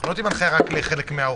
לא רק לחלק מהאוכפים.